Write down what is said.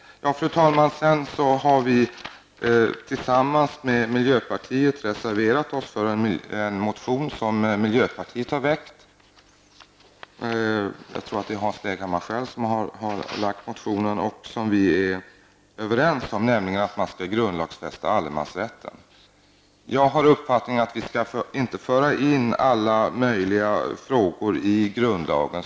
Fru talman! Sedan har vi, tillsammans med miljöpartiet, reserverat oss för en motion som miljöpartiet har väckt. Jag tror att det är Hans Leghammar själv som har väckt motionen som vi är överens om, nämligen att man skall grundlagsfästa allemansrätten. Jag har den uppfattningen att vi inte skall föra in alla möjliga frågor i grundlagen.